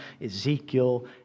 Ezekiel